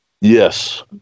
Yes